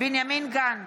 בנימין גנץ,